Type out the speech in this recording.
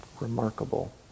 Remarkable